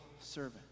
servant